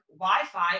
Wi-Fi